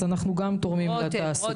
אז אנחנו גם תורמים לתעסוקה.